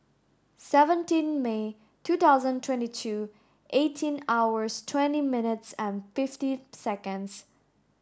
seventeen May two thousand twenty two eighteen hours twenty minutes and fifty seconds